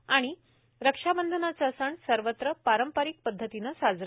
आणि रक्षाबंधनाचा सण सर्वत्र पारंपारीक पदधतीनं साजरा